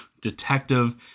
detective